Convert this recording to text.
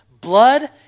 blood